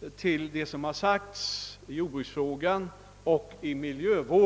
i anledning av det som har sagts i jordbruksfrågan och om miljövården.